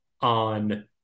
on